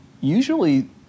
usually